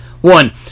One